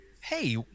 Hey